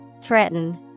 Threaten